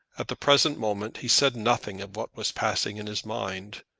at the present moment he said nothing of what was passing in his mind,